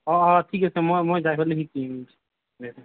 অঁ অঁ ঠিক আছে মই মই যাই পেলাই শিকিম দে দে